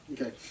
Okay